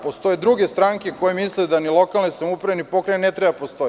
Postoje druge stranke koje misli da ni lokalne samouprave ni pokrajine ne treba da postoje.